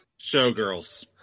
Showgirls